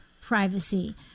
privacy